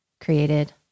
created